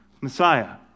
Messiah